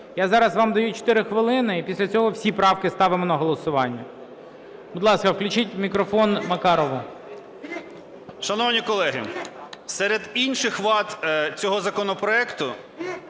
Я зараз вам даю 4 хвилини, і після цього всі правки ставимо на голосування. Будь ласка, включіть мікрофон Макарову. 14:44:01 МАКАРОВ О.А. Шановні колеги, серед інших вад цього законопроекту